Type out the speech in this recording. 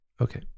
Okay